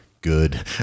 Good